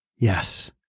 yes